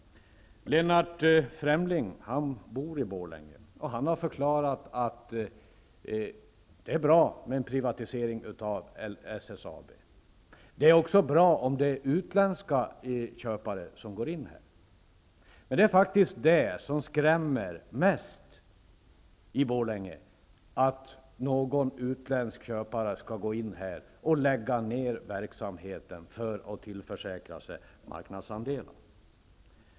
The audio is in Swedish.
Lennart Fremling bor i Borlänge. Han har förklarat att det är bra med en privatisering av SSAB; det är också bra om utländska köpare går in. Vad som skrämmer mest i Borlänge är faktiskt att några utländska köpare skall gå in och lägga ner verksamheten för att tillförsäkra sig marknadsandelar.